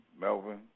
Melvin